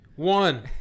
one